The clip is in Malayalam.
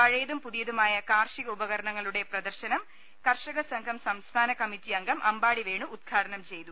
പഴയതും പുതിയതുമായ കാർഷിക ഉപകരണങ്ങളുടെ പ്രദർശനം കർഷക സംഘം സംസ്ഥാന കമ്മിറ്റി അംഗം അമ്പാടി വേണു ഉദ്ഘാടനം ചെയ്തു